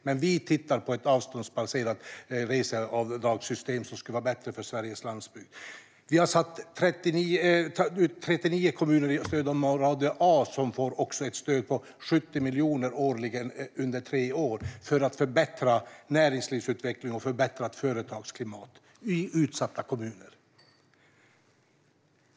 Men vi tittar på ett avståndsbaserat reseavdragssystem som skulle vara bättre för Sveriges landsbygd. 39 kommuner i stödområde A får ett stöd på 70 miljoner årligen under tre år för att förbättra näringslivsutveckling - detta för att förbättra företagsklimatet i utsatta kommuner.